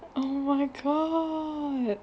oh my god